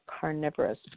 carnivorous